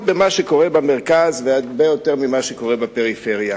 במה שקורה במרכז והרבה יותר במה שקורה בפריפריה.